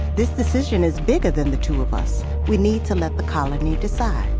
this decision is bigger than the two of us. we need to let the colony decide